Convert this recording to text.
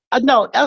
No